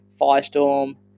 Firestorm